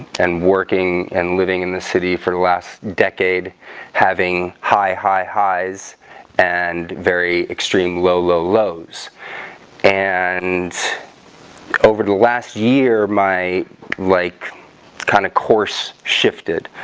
and working and living in the city for the last decade having high high highs and very extreme low low lows and over the last year my like kind of course shifted